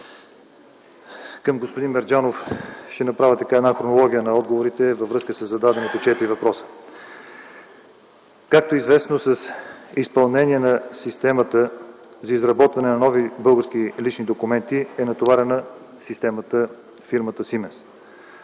Към господин Мерджанов – ще направя една хронология на отговорите във връзка със зададените четири въпроса. Както е известно с изпълнение на системата за изработване на нови български лични документи е натоварена фирмата